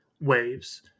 waves